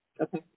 Okay